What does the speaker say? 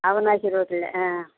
அவனாசி ரோட்டில ஆ